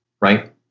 right